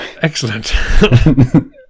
Excellent